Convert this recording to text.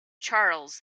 charles